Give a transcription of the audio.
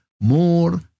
more